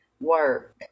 work